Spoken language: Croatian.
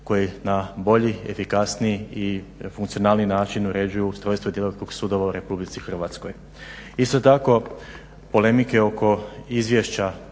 koji na bolji, efikasniji i funkcionalniji način uređuju ustrojstvo i djelokrug sudova u Republici Hrvatskoj. Isto tako polemike oko izvješća